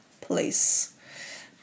place